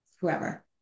whoever